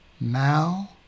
Now